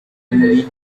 muri